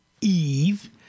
Eve